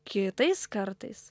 kitais kartais